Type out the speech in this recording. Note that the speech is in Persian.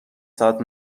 ساعت